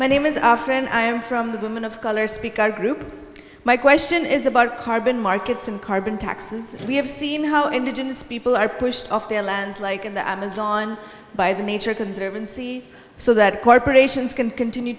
my name is afghan i am from the women of color speak our group my question is about carbon markets and carbon taxes we have seen how indigenous people are pushed off their lands like in the amazon by the nature conservancy so that corporations can continue